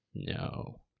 No